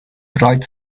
bright